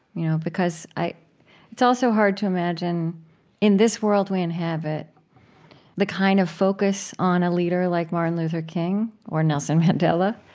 you know, because it's also hard to imagine in this world we inhabit the kind of focus on a leader like martin luther king or nelson mandela.